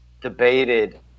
debated